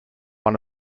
one